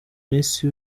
misi